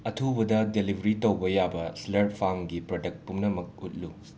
ꯑꯊꯨꯕꯗ ꯗꯦꯂꯤꯕꯔꯤ ꯇꯧꯕ ꯌꯥꯕ ꯏꯁꯂꯔ ꯐꯥꯔꯝꯒꯤ ꯄ꯭ꯔꯗꯛ ꯄꯨꯝꯅꯃꯛ ꯎꯠꯂꯨ